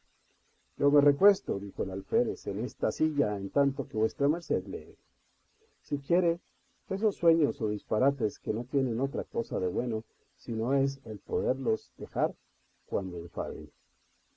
yo me recuesto dijo el alférez en esta silla en tanto que vuesa merced lee si quiere esos sueños o disparates que no tienen otra cosa de bueno si no es el poderlos dejar cuando enfaden